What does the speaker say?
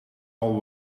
all